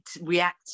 react